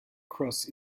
cross